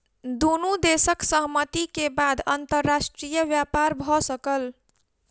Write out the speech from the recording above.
दुनू देशक सहमति के बाद अंतर्राष्ट्रीय व्यापार भ सकल